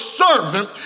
servant